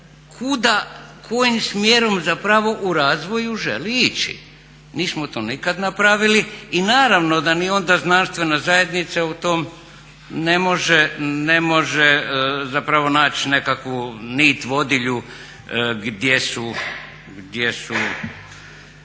kuda, kojim smjerom u razvoju želi ići. Nismo to nikada napravili i naravno da ni onda znanstvena zajednica u tom ne može naći nekakvu nit vodilju gdje treba